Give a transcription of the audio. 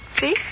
See